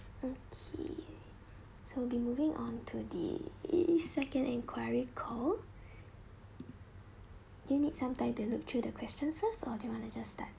okay so will be moving on to the second enquiry call you need some time to look through the question first or do you want to just start